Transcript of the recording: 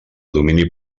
domini